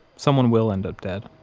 someone will end up dead